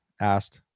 asked